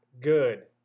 good